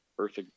Earth